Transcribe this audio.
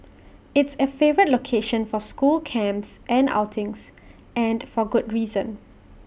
it's A favourite location for school camps and outings and for good reason